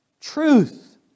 Truth